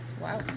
Wow